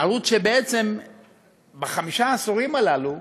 ערוץ שבעצם בחמשת העשורים הללו